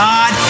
God